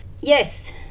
yes